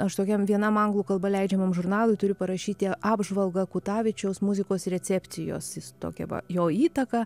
aš tokiam vienam anglų kalba leidžiamam žurnalui turiu parašyti apžvalgą kutavičiaus muzikos recepcijos jis tokią va jo įtaką